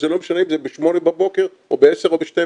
זה לא משנה אם זה בשמונה בבוקר או בעשר או ב-12.